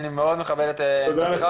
אני מאוד מכבד את עמדתך.